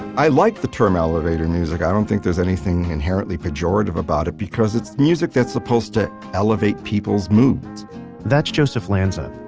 i like the term elevator music. i don't think there's anything inherently pejorative about it, because it's music that's supposed to elevate people's moods that's joseph lanza.